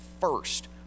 first